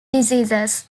diseases